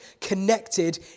connected